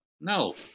no